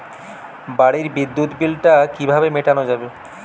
বাড়ির বিদ্যুৎ বিল টা কিভাবে মেটানো যাবে?